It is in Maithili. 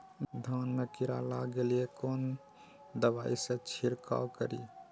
धान में कीरा लाग गेलेय कोन दवाई से छीरकाउ करी?